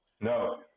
No